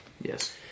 Yes